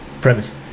Premise